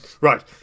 right